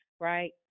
right